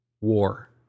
War